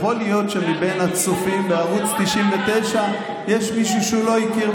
יכול להיות שמבין הצופים בערוץ 99 יש מישהו שלא הכיר.